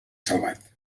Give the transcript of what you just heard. salvat